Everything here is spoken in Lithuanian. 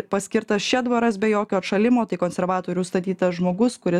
paskirtas šedbaras be jokio atšalimo tai konservatorių statytas žmogus kuris